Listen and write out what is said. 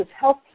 Health